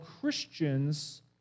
Christians